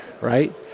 right